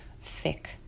thick